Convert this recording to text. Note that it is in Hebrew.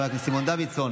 חבר הכנסת סימון דוידסון,